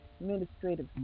administrative